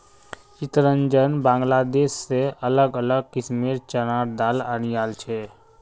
चितरंजन बांग्लादेश से अलग अलग किस्मेंर चनार दाल अनियाइल छे